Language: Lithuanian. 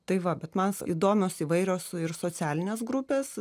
tai va bet man s įdomios įvairios socialinės grupės